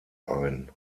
ein